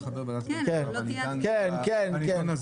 אני חבר בוועדת הכלכלה ואני כאן בעניין הזה